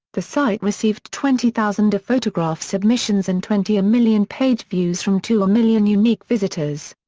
the site received twenty thousand photograph submissions and twenty million page views from two million unique visitors.